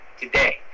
today